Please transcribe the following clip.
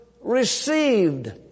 received